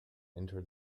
entered